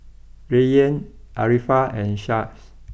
Rayyan Arifa and Shah